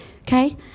okay